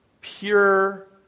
pure